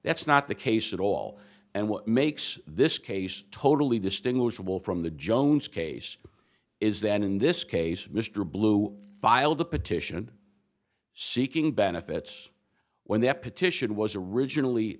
that's not the case at all and what makes this case totally distinguishable from the jones case is that in this case mr blue filed a petition seeking benefits when their petition was originally